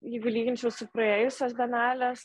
jeigu lyginčiau su praėjusios bienalės